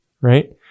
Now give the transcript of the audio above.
Right